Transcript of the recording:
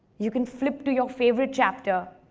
you can flip to your favorite chapter.